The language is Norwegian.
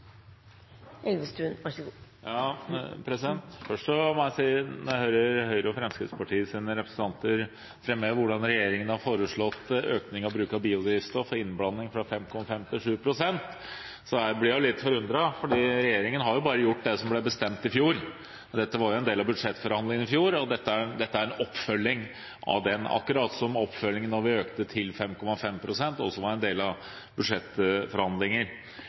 Først må jeg si at når jeg hører Høyres og Fremskrittspartiets representanter framheve hvordan regjeringen har foreslått å øke innblandingen av biodrivstoff fra 5,5 pst. til 7 pst., blir jeg litt forundret, for regjeringen har jo bare gjort det som ble bestemt i fjor. Det var en del av budsjettforhandlingene i fjor, og dette er en oppfølging av det, akkurat som at oppfølgingen da vi økte til 5,5 pst., også var en del av budsjettforhandlinger.